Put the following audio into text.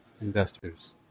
investors